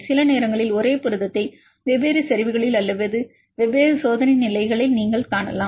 சில நேரங்களில் ஒரே புரதத்தை வெவ்வேறு செறிவுகளில் அல்லது வெவ்வேறு சோதனை நிலைகளில் நீங்கள் காணலாம்